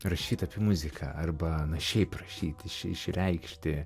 rašyt apie muziką arba na šiaip rašyt iš išreikšti